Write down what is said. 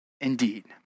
indeed